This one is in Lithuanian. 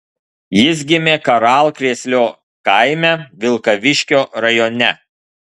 jis gimė karalkrėslio kaime vilkaviškio rajone